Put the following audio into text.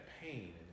pain